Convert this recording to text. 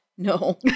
No